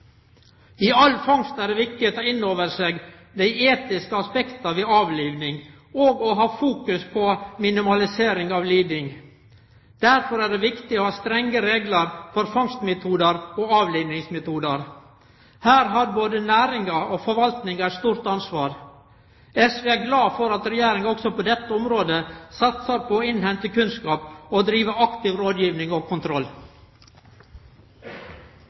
I all fangst er det viktig å ta inn over seg dei etiske aspekta ved avliving og å ha fokus på minimalisering av liding. Derfor er det viktig å ha strenge reglar for fangstmetodar og avlivingsmetodar. Her har både næringa og forvaltninga eit stort ansvar. SV er glad for at Regjeringa også på dette området satsar på å innhente kunnskap og drive aktiv rådgiving og kontroll.